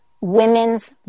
women's